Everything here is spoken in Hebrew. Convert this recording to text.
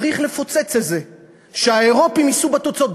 צריך לפוצץ את זה, שהאירופים יישאו בתוצאות.